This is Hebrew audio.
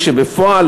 כשבפועל